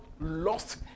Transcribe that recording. lost